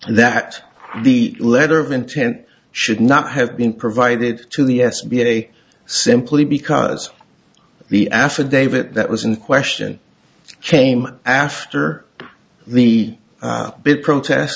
that the letter of intent should not have been provided to the s b a simply because the affidavit that was in question came after the big protest